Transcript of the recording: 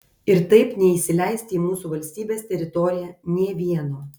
ir taip neįsileisti į mūsų valstybės teritoriją nė vieno